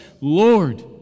Lord